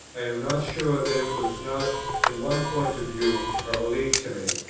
i am not sure that it was not in one point of view a relief to me.